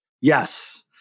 yes